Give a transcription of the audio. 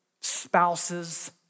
spouses